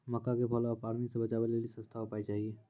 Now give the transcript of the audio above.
मक्का के fall of army से बचाबै लेली सस्ता उपाय चाहिए?